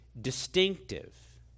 distinctive